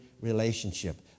relationship